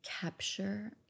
capture